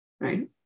right